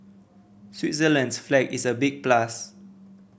Switzerland's flag is a big plus